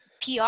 PR